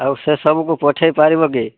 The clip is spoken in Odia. ଆଉ ସେ ସବୁ କୁ ପଠାଇ ପାରିବ କି